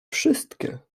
wszystkie